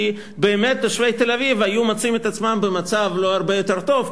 כי באמת תושבי תל-אביב היו מוצאים את עצמם במצב לא הרבה יותר טוב,